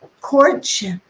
courtship